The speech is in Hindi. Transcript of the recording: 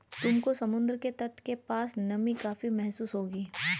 तुमको समुद्र के तट के पास नमी काफी महसूस होगी